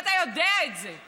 ואתה יודע את זה,